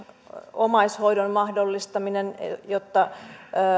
omaishoidon mahdollistaminen jotta